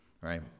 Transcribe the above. right